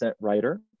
writer